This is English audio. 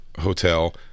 hotel